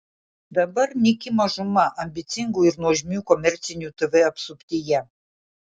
dabar nyki mažuma ambicingų ir nuožmių komercinių tv apsuptyje